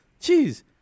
Jeez